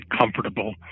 comfortable